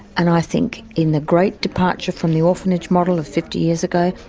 and i think in the great departure from the orphanage model of fifty years ago,